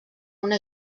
una